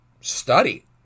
study